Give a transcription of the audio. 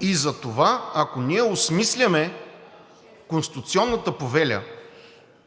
И затова, ако ние осмисляме конституционната повеля,